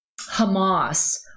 Hamas